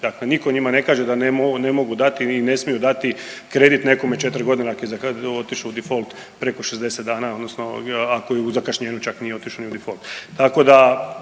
Dakle, niko njima ne kaže da ne mogu dati ili ne smiju dati kredit nekome četri godine ako je otišao u difolt preko 60 dana odnosno ako je u zakašnjenju čak nije otišao ni u difolt,